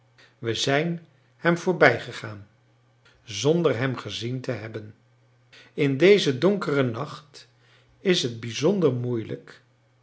we zijn hem voorbijgegaan zonder hem gezien te hebben in dezen donkeren nacht is het bijzonder moeilijk